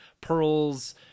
pearls